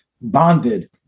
bonded